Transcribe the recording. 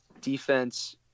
defense –